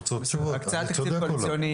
הן רוצות --- הקצאה לתקציב הקואליציוני